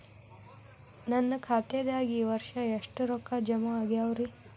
ನನ್ನ ಖಾತೆದಾಗ ಈ ವರ್ಷ ಎಷ್ಟು ರೊಕ್ಕ ಜಮಾ ಆಗ್ಯಾವರಿ?